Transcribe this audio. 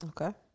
Okay